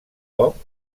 cop